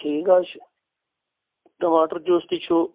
ٹھیٖک حظ چھُ ٹَماٹَر جوٗس تہِ چھُ